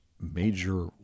major